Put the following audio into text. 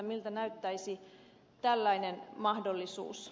miltä näyttäisi tällainen mahdollisuus